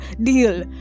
deal